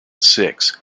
six